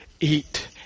eat